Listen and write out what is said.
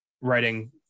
writing